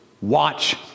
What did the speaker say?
watch